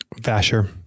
Vasher